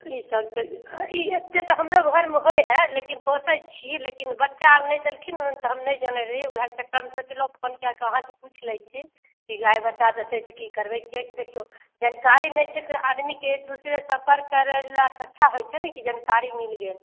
ई सब तऽ ई एतेक तऽ हमरो घरमे होयत हय लेकिन पोसैत छी लेकिन बच्चा आर नहि देलखिन ने तऽ हम नहि जनैत रहियै ओएहके चक्करमे सोचलहुँ फोनके कऽ अहाँ से पुछ लै छी कि गाय बच्चा देतै तऽ की करबै किएकी देखिऔ जनकारी नहि छै तऽ आदमीके एक दुसरे से सम्पर्क करैला से अच्छा होयत छै नहि कि जनकारी मीलि गेल